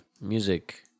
music